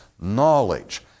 knowledge